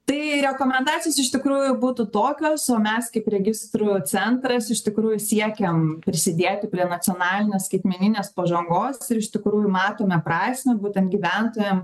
tai rekomendacijos iš tikrųjų būtų tokios o mes kaip registrų centras iš tikrųjų siekiam prisidėti prie nacionalinės skaitmeninės pažangos ir iš tikrųjų matome prasmę būtent gyventojam